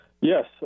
Yes